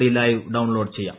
D ലൈവ് download ചെയ്യാം